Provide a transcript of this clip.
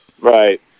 Right